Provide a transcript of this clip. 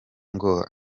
ngo